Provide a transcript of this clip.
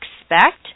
expect